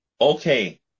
okay